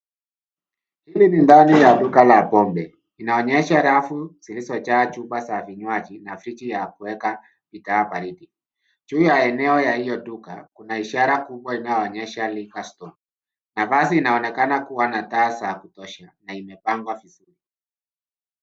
Hii ni ndani ya duka la pombe, inaonyesha rafu zilizojaa chupa za vinywaji, na friji ya kuwekwa bidhaa baridi. Juu ya eneo ya hiyo duka, kuna ishara kubwa inayoonyesha liquor store . Nafasi inaonekana kuwa na taa za kutosha, na imepangwa vizuri.